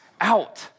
out